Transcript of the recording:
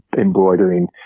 embroidering